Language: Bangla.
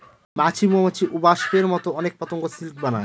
মাছি, মৌমাছি, ওবাস্পের মতো অনেক পতঙ্গ সিল্ক বানায়